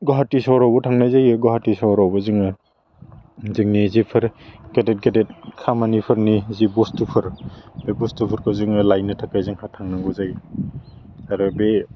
गुवाहाटी सहरावबो थांनाय जायो गुवाहाटी सहरावबो जोङो जोंनि जिफोर गेदेत गेदेत खामानिफोरनि जि बुस्थुफोर बे बुस्थुफोरखौ जोङो लाइनो थाखाय जोंहा थांनांगौ जायो आरो बे